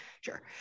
sure